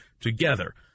together